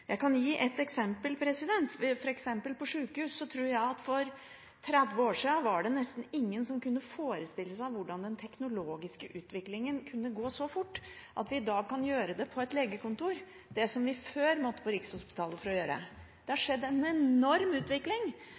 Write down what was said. Jeg kan gi et eksempel. På sjukehus tror jeg nesten ikke det var noen som for 30 år siden kunne forestille seg hvordan den teknologiske utviklingen kunne gå så fort, at vi i dag kan gjøre på et legekontor det vi før måtte på Rikshospitalet for å gjøre. Det har skjedd en enorm utvikling,